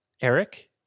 Eric